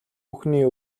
бүхний